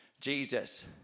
Jesus